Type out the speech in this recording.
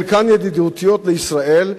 חלקן ידידותיות לישראל,